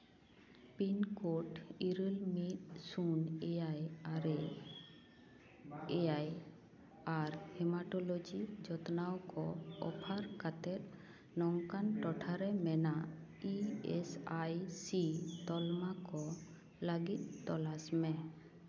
pincode ᱤᱨᱟᱹᱞ ᱢᱤᱫ ᱥᱩᱱ ᱮᱭᱟᱭ ᱟᱨᱮ ᱮᱭᱟᱭ ᱟᱨ ᱦᱮᱢᱟᱴᱳᱞᱳᱡᱤ ᱡᱚᱛᱱᱟᱣ ᱠᱚ ᱚᱯᱷᱟᱨ ᱠᱟᱛᱮ ᱱᱚᱝᱠᱟᱱ ᱴᱚᱴᱷᱟᱨᱮ ᱢᱮᱱᱟᱜ ᱤ ᱮᱥ ᱟᱭ ᱥᱤ ᱛᱟᱞᱢᱟ ᱠᱚ ᱞᱟᱹᱜᱤᱫ ᱛᱚᱞᱟᱥ ᱢᱮ